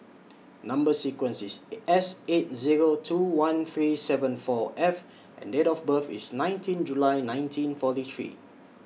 Number sequence IS S eight Zero two one three seven four F and Date of birth IS nineteen July nineteen forty three